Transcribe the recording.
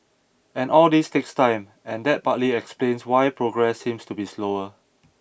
and all this takes time and that partly explains why progress seems to be slower